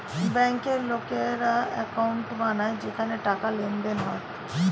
ব্যাংকে লোকেরা অ্যাকাউন্ট বানায় যেখানে টাকার লেনদেন হয়